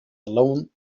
alone